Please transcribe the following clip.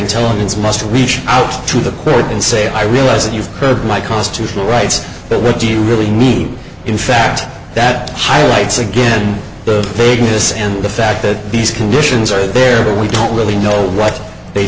intelligence must reach out to the board and say i realize that you've heard my constitutional rights but what you really need in fact that highlights again the vagueness and the fact that these conditions are there we don't really know what they